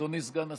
אדוני סגן השר,